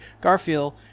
garfield